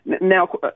Now